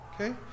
okay